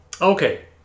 okay